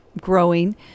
growing